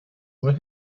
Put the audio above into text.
what